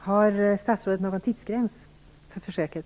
Herr talman! Har statsrådet någon tidsgräns för försöket?